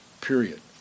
period